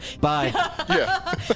Bye